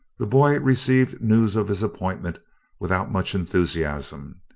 the boy received news of his appointment without much enthusiasm.